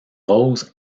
rose